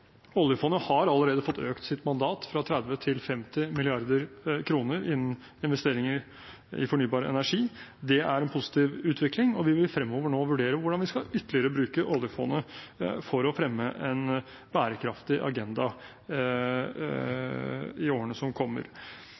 Oljefondet har allerede fått økt sitt mandat fra 30 mrd. kr til 50 mrd. kr innen investeringer i fornybar energi. Det er en positiv utvikling, og vi vil fremover nå vurdere hvordan vi ytterligere skal bruke oljefondet for å fremme en bærekraftig agenda i årene som kommer.